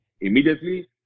immediately